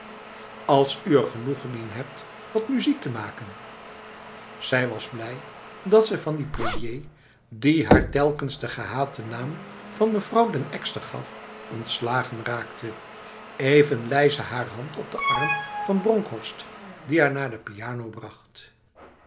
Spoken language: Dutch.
als u er genoegen in hebt wat muziek te makenb zij was blij dat ze van die prédier die haar telkens de gehate naam van mevrouw den ekster gaf ontslagen raakte even lei ze haar hand op de arm van bronkhorst die haar naar de piano bracht